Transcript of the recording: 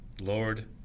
Lord